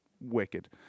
Wicked